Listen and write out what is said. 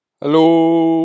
Hello